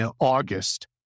August